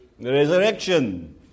resurrection